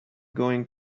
going